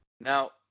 Now